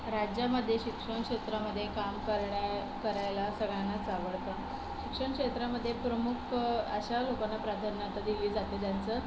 राज्यामध्ये शिक्षण क्षेत्रामध्ये काम करण्या करायला सगळ्यांनाच आवडतं शिक्षणक्षेत्रामध्ये प्रमुख अशा लोकांना प्राधान्य आता दिली जाते ज्यांचं